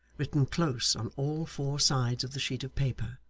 written close on all four sides of the sheet of paper,